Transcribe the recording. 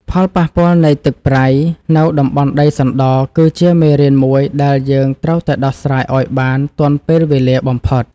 ផលប៉ះពាល់នៃទឹកប្រៃនៅតំបន់ដីសណ្តគឺជាមេរៀនមួយដែលយើងត្រូវតែដោះស្រាយឱ្យបានទាន់ពេលវេលាបំផុត។